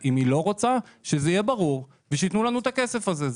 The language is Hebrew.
אבל אם היא לא רוצה שזה יהיה ברור שייתנו לנו את הכסף הזה.